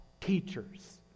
teachers